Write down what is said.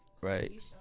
Right